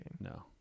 No